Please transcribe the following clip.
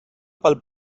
pel